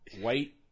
white